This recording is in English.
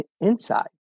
inside